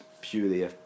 purely